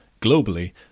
globally